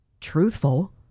truthful